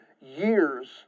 years